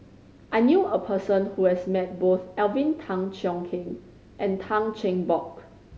I knew a person who has met both Alvin Tan Cheong Kheng and Tan Cheng Bock